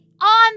on